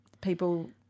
people